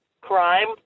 crime